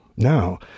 Now